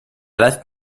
left